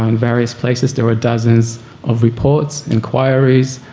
um various places. there were dozens of reports, inquiries,